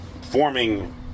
forming